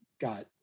got